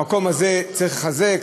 במקום הזה צריך לחזק,